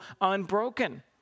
unbroken